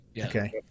Okay